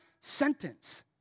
sentence